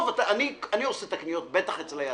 אני עושה את הקניות, בטח אצל הירקן.